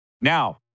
now